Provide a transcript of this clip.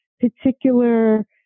particular